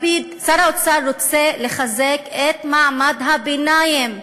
לפיד, שר האוצר, רוצה לחזק את מעמד הביניים,